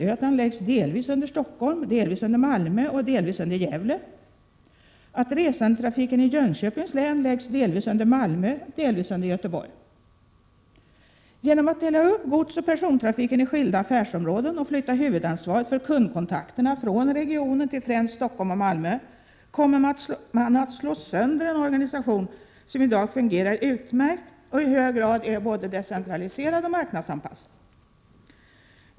Genom att dela upp godsoch persontrafiken i skilda affärsområden och flytta huvudansvaret för kundkontakterna från regionen till främst Stockholm och Malmö, kommer man att slå sönder en organisation som i dag fungerar utmärkt och i hög grad är både decentraliserad och marknadsanpassad.